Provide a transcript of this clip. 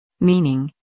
Meaning